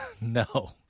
No